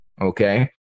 okay